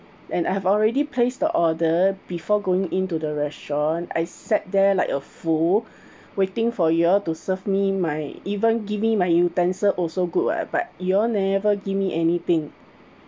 and I have already placed the order before going into the restaurant I sat there like a fool waiting for y'all to serve me my even give me my utensil also good [what] but you all never give me anything